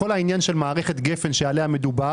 כל עניין מערכת גפ"ן (גמישות פדגוגית וניהולית) שעליה מדובר,